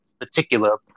particular